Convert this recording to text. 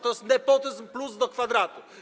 To jest nepotyzm+ do kwadratu.